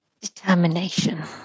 Determination